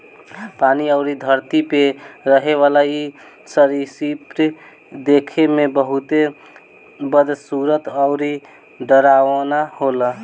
पानी अउरी धरती पे रहेवाला इ सरीसृप देखे में बहुते बदसूरत अउरी डरावना होला